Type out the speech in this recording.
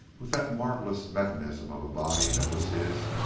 with that marvelous mechanism of a body that was his,